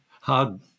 hard